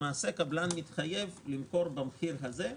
למעשה קבלן מתחייב למכור במחיר הזה,